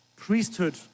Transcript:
priesthood